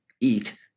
eat